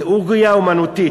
זה אורגיה אמנותית.